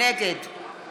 נגד